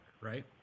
right